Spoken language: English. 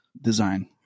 design